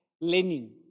learning